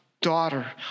daughter